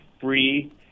free